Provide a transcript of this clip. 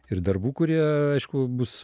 ir darbų kurie aišku bus